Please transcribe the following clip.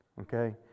Okay